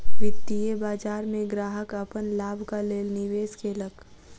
वित्तीय बाजार में ग्राहक अपन लाभक लेल निवेश केलक